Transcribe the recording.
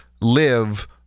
live